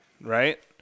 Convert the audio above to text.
right